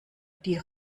die